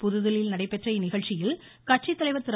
புதுதில்லியில் நடைபெற்ற இந்நிகழ்ச்சியில் கட்சித் தலைவர் திரு